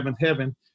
Heaven